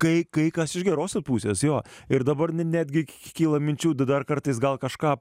kai kai kas iš gerosios pusės jo ir dabar netgi kyla minčių dar kartais gal kažką